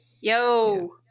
Yo